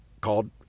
called